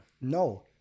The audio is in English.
No